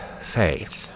faith